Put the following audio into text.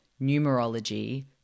numerology